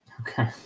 Okay